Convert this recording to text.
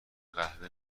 قهوه